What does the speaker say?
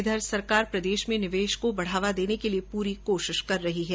इधर सरकार प्रदेश में निवेश को बढावा देने के लिए पूरी कोशिश कर रही है